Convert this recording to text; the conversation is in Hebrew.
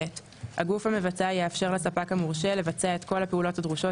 (ב) הגוף המבצע יאפשר לספק המורשה לבצע את כל הפעולות הדרושות